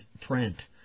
print